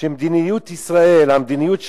שמדיניות ישראל, המדיניות שלנו,